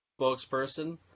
spokesperson